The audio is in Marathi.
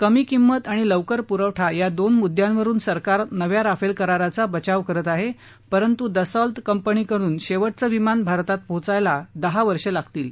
कमी किमत आणि लवकर पुरवठा या दोन मुद्यांवरुन सरकार नव्या राफेल कराराचा बचाव करत आहे परंतू दसॉल्त कंपनीकडून शेवटचं विमान भारतात पोहोचायला दहा वर्षं लागतील